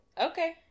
Okay